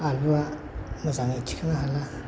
आलुआ मोजाङै थिखोनो हायोब्ला